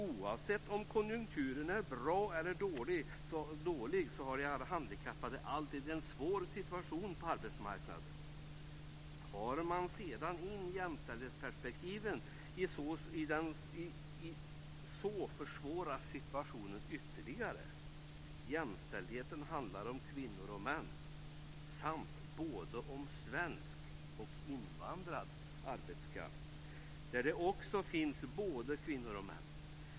Oavsett om konjunkturen är bra eller dålig så har de handikappade alltid en svår situation på arbetsmarknaden. Tar man sedan med jämställdhetsperspektiven så försvåras situationen ytterligare. Jämställdheten handlar om kvinnor och män samt om svensk och invandrad arbetskraft, där det också finns både kvinnor och män.